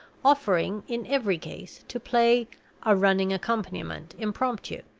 offering, in every case, to play a running accompaniment impromptu,